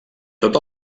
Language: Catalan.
tot